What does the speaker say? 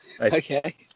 Okay